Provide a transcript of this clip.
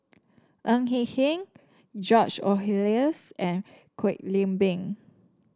Ng Eng Hen George Oehlers and Kwek Leng Beng